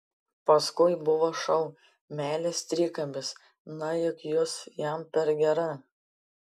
paskui buvo šou meilės trikampis na juk jūs jam per gera